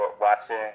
watching